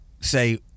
say